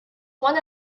one